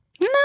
No